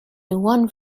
one